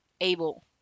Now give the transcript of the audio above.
able